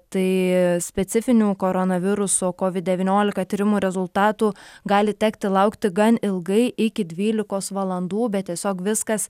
tai specifinių koronaviruso covid devyniolika tyrimų rezultatų gali tekti laukti gan ilgai iki dvylikos valandų bet tiesiog viskas